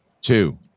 two